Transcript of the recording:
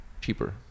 cheaper